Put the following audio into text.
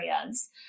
areas